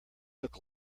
look